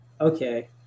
okay